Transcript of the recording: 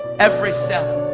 every cell.